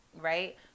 Right